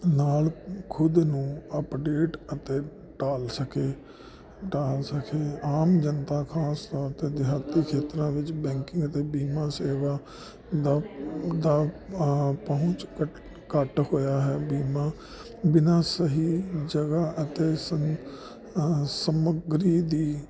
ਨਾਲ ਖੁਦ ਨੂੰ ਅਪਡੇਟ ਅਤੇ ਢਾਲ ਸਕੇ ਢਾਲ ਸਕੇ ਆਮ ਜਨਤਾ ਖਾਸ ਤੌਰ ਤੇ ਦਿਹਾਤੀ ਖੇਤਰਾਂ ਵਿੱਚ ਬੈਂਕੀਆਂ ਤੇ ਬੀਮਾ ਸੇਵਾ ਦਾ ਪਹੁੰਚ ਘੱਟ ਹੋਇਆ ਹੈ ਬੀਮਾ ਬਿਨਾਂ ਸਹੀ ਜਗ੍ਹਾ ਅਤੇ ਸਮੱਗਰੀ ਦੀ